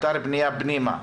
לאתר הבנייה פנימה.